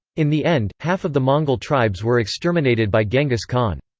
in the end, half of the mongol tribes were exterminated by genghis khan.